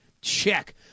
check